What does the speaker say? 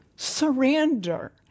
surrender